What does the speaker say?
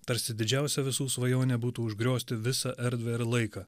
tarsi didžiausia visų svajonė būtų užgriozti visą erdvę ir laiką